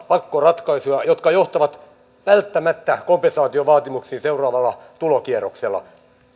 pakkoratkaisuja jotka johtavat välttämättä kompensaatiovaatimuksiin seuraavalla tulokierroksella